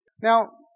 Now